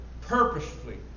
purposefully